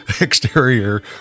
exterior